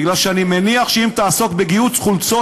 כי אני מניח שאם תעסוק בגיהוץ חולצות